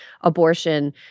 abortion